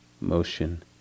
motion